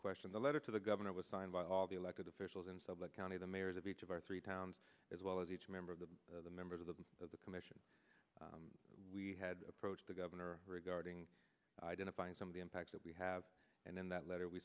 question the letter to the governor was signed by all the elected officials and so the county the mayors of each of our three towns as well as each member of the members of the of the commission we had approached the governor regarding identifying some of the impacts that we have and in that letter we